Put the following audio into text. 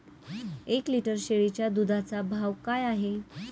एक लिटर शेळीच्या दुधाचा भाव काय आहे?